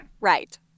Right